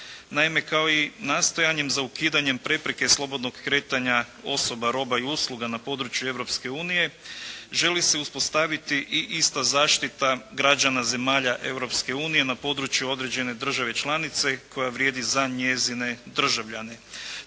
Naime, kao i nastojanjem za ukidanjem prepreke slobodnog kretanja osoba, roba i usluga na području Europske unije, želi se uspostaviti i ista zaštita građana zemalja Europske unije na području određene države članice koja vrijedi za njezine državljane.